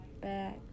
back